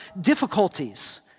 difficulties